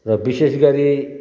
र विशेष गरी